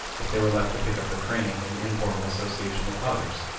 if they were left to pick up their training in informal association with others,